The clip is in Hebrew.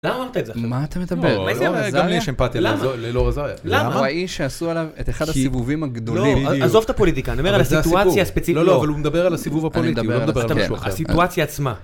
למה אמרת את זה עכשיו? מה אתה מדבר? גם לי יש אמפתיה לאלאור אזריה. למה? הוא האיש שעשו עליו את אחד הסיבובים הגדולים. לא, עזוב את הפוליטיקה, אבל זה הסיפור. אני אומר על הסיטואציה הספציפית. לא, לא, אבל הוא מדבר על הסיבוב הפוליטי, הוא לא מדבר על משהו אחר. הסיטואציה עצמה.